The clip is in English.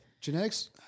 Genetics